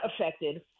affected